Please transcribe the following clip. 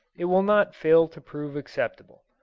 it will not fail to prove acceptable.